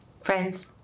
Friends